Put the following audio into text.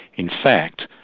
in fact,